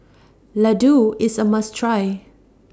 Ladoo IS A must Try